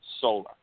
solar